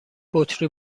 بطری